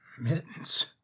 Mittens